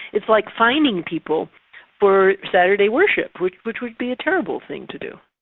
it's like fining people for saturday worship, which which would be a terrible thing to do.